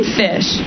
fish